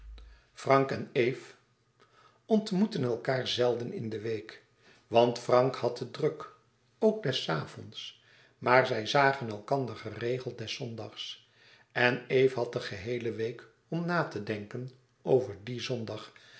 frank en eve ontmoetten elkaâr zelden in de week want frank had het druk ook des avonds maar zij zagen elkander geregeld des zondags en eve had de geheele week om na te denken over dien zondag